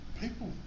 people